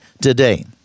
today